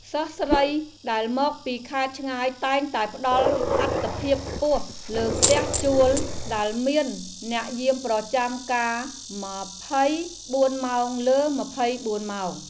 សិស្សស្រីដែលមកពីខេត្តឆ្ងាយតែងតែផ្តល់អាទិភាពខ្ពស់លើផ្ទះជួលដែលមានអ្នកយាមប្រចាំការម្ភៃបួនម៉ោងលើម្ភៃបួនម៉ោង។